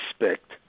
respect